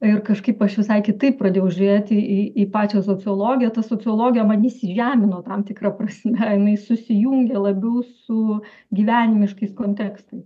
ir kažkaip aš visai kitaip pradėjau žiūrėti į į pačią sociologiją tas sociologija many įsižemino tam tikra prasme jinai susijungė labiau su gyvenimiškais kontekstais